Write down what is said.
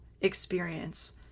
experience